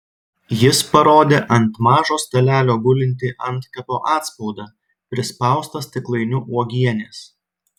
jis parodė ant mažo stalelio gulintį antkapio atspaudą prispaustą stiklainiu uogienės